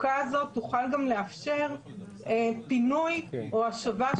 החרדית: התקיים אצלנו דיון משפטי ענף